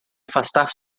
afastar